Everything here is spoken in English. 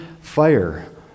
fire